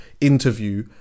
interview